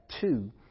two